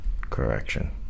Correction